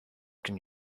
can